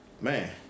Man